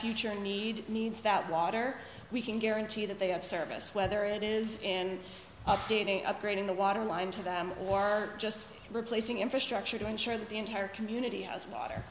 future need needs that water we can guarantee that they have service whether it is in updating upgrading the water line to them or just replacing infrastructure to ensure that the entire community has water